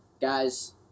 guys